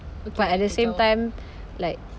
but at the same time like